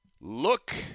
Look